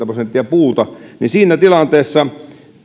prosenttia puuta siinä tilanteessa